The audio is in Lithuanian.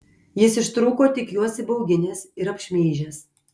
jis ištrūko tik juos įbauginęs ir apšmeižęs